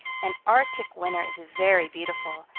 an arctic winter is very beautiful,